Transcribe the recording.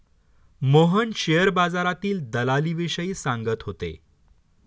Mohan share बाजारातील दलालीविषयी सांगत होते